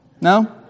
No